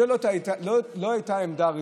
זו לא הייתה העמדה הרשמית.